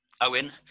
Owen